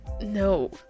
no